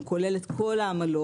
הוא כולל את כל העמלות,